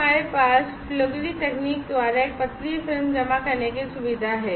हमारे पास flugery तकनीक द्वारा एक पतली फिल्म जमा करने की सुविधा है